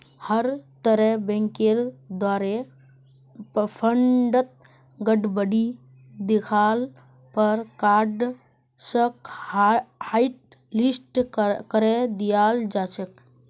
हर तरहर बैंकेर द्वारे फंडत गडबडी दख ल पर कार्डसक हाटलिस्ट करे दियाल जा छेक